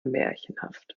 märchenhaft